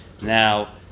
Now